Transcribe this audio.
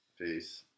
Peace